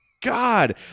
God